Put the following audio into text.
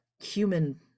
human